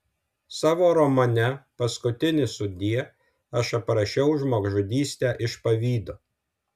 savo romane paskutinis sudie aš aprašiau žmogžudystę iš pavydo